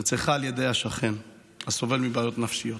נרצחה על ידי השכן הסובל מבעיות נפשיות.